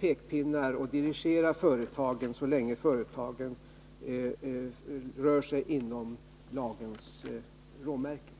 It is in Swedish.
pekpinnar och dirigera företagen, så länge dessa rör sig inom lagens råmärken.